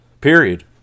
Period